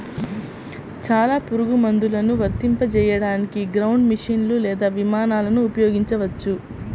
చాలా పురుగుమందులను వర్తింపజేయడానికి గ్రౌండ్ మెషీన్లు లేదా విమానాలను ఉపయోగించవచ్చు